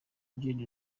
gen